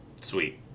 Sweet